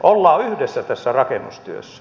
ollaan yhdessä tässä rakennustyössä